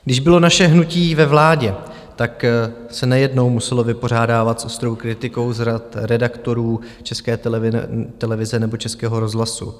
Když bylo naše hnutí ve vládě, tak se nejednou muselo vypořádávat s ostrou kritikou z řad redaktorů České televize nebo Českého rozhlasu.